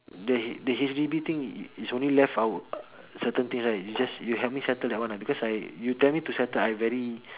the the H_D_B thing is only left our certain things right you just you help me settle that one because I you tell me to settle I very